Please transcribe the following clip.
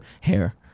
hair